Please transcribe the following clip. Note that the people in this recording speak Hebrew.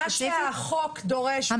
מה שהחוק דורש,